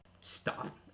stop